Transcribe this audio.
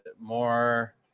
more